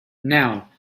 now